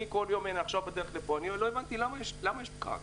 אני עכשיו בדרך לפה לא הבנתי למה יש פקק.